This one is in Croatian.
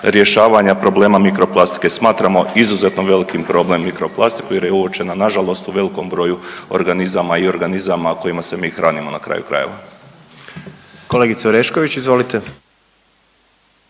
rješavanja problema mikro plastike i smatramo izuzetno veliki problem mikro plastiku jer je uočena nažalost u velikom broju organizama i organizama kojima se mi hranimo na kraju krajeva. **Jandroković, Gordan